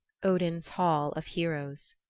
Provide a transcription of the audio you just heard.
odin's hall of heroes